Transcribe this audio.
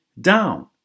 down